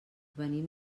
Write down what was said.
venim